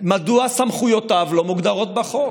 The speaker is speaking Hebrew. מדוע סמכויותיו לא מוגדרות בחוק?